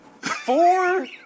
four